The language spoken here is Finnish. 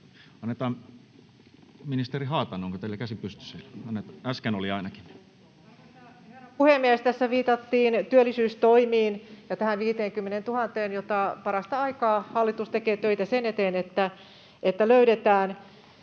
annetaan... Ministeri Haatainen, onko teillä käsi pystyssä? Äsken oli ainakin. Arvoisa herra puhemies! Tässä viitattiin työllisyystoimiin ja näihin 50 000:een, ja parasta aikaa hallitus tekee töitä sen eteen, että löydetään